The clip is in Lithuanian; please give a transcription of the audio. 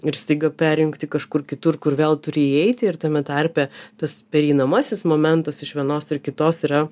ir staiga perjungti kažkur kitur kur vėl turi įeiti ir tame tarpe tas pereinamasis momentas iš vienos ir kitos yra